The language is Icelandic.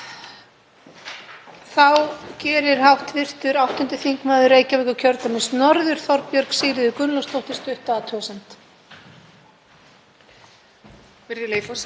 Virðulegi forseti. Ég vil þakka málshefjanda fyrir þessa fyrirspurn. Það er allt of sjaldan sem rætt er um fangelsismál og hagsmuni fanga